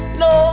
no